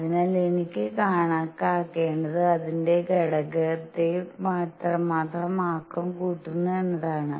അതിനാൽ എനിക്ക് കണക്കാക്കേണ്ടത് അതിന്റെ ഘടകത്തെ എത്രമാത്രം ആക്കം കൂട്ടുന്നു എന്നതാണ്